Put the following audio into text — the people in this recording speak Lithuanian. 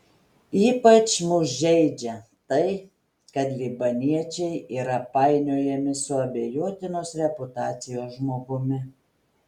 ypač mus žeidžia tai kad libaniečiai yra painiojami su abejotinos reputacijos žmogumi